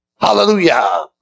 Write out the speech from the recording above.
Hallelujah